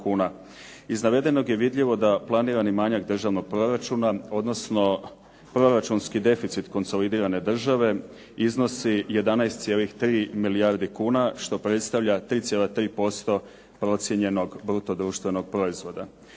Iz navedenog je vidljivo da planirani manjak državnog proračuna odnosno proračunski deficit konsolidirane države iznosi 11,3 milijarde kuna što predstavlja 3,3% procijenjenog bruto društvenog proizvoda.